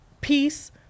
Peace